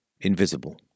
invisible